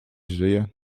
żyje